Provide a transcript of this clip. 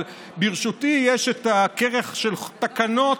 אבל ברשותי הכרך של תקנות,